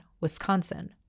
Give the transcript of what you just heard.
Wisconsin